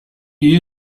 you